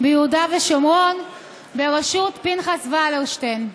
ביהודה ושומרון ברשות פנחס ולרשטיין.